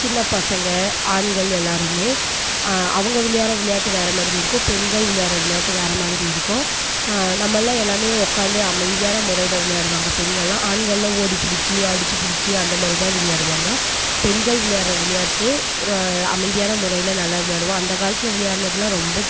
சின்ன பசங்க ஆண்கள் எல்லோருமே அவங்க விளையாடுற விளையாட்டு வேறு மாதிரி இருக்கும் பெண்கள் விளையாடுற விளையாட்டு வேறு மாதிரி இருக்கும் நம்மலாம் எல்லாமே உக்காந்து அமைதியான முறையில் விளையாடுவாங்க பெண்கள்லாம் ஆண்கள்லாம் ஓடிப் பிடிச்சு அடிச்சு பிடிச்சு அந்த மாதிரி தான் விளையாடுவாங்க பெண்கள் விளையாடுற விளையாட்டு அமைதியான முறையில் நல்லா விளையாடுவோம் அந்த காலத்தில் விளையாடுனதில் ரொம்ப